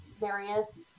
various